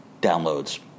downloads